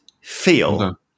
feel